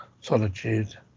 solitude